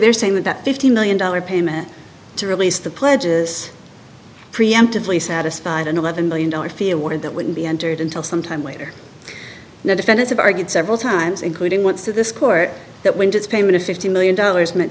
they're saying that that fifty million dollars payment to release the pledges preemptively satisfied and eleven million dollars fee awarded that wouldn't be entered into some time later defendants of argued several times including once to this court that when it's payment of fifty million dollars meant